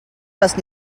must